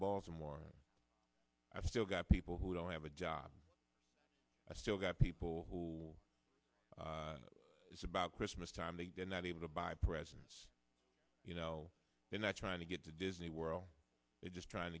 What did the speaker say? baltimore i still got people who don't have a job i still got people who it's about christmas time that they're not able to buy presents you know they're not trying to get to disney world they're just trying